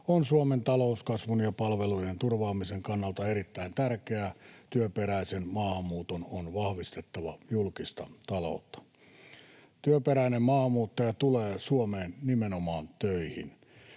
on Suomen talouskasvun ja palvelujen turvaamisen kannalta erittäin tärkeää. Työperäisen maahanmuuton on vahvistettava julkista taloutta. Työperäinen maahanmuuttaja tulee Suomeen nimenomaan töihin.